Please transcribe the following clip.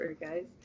guys